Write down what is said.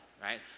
right